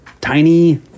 tiny